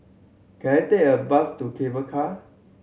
can I take a bus to Cable Car